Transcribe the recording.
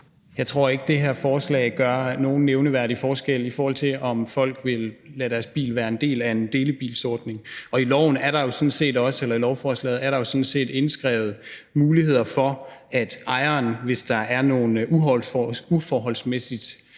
Jeg tror ikke, det her forslag gør nogen nævneværdig forskel, i forhold til om folk vil lade deres bil være en del af en delebilsordning. Og i lovforslaget er der jo sådan set også indskrevet muligheder for, at ejeren, hvis der er nogle uforholdsmæssigt